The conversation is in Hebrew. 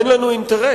אין לנו אינטרס,